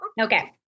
Okay